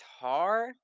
guitar